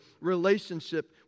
relationship